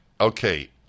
okay